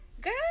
girl